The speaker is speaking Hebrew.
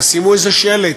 תשימו איזה שלט,